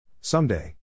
Someday